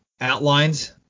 outlined